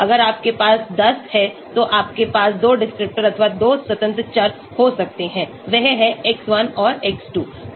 अगर आपके पास 10 है तो आपके पास 2 डिस्क्रिप्टर अथवा 2 स्वतंत्र चर हो सकते हैं वह है x1 और x2